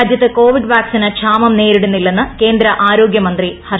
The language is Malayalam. രാജ്യത്ത് കോവിഡ് വാക്സിന് ക്ഷാമം അേരിടുന്നില്ലെന്ന് കേന്ദ്ര ആരോഗ്യമന്ത്രി ഹർഷവർദ്ധൻ